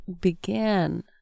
began